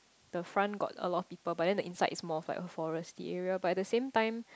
the front got a lot of people but then the inside is more forestry area but the same time